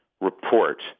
report